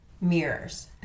Mirrors